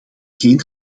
geen